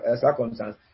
circumstance